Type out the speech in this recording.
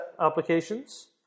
applications